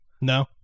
no